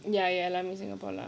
ya ya எல்லோரும்:ellorum singapore leh